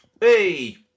Hey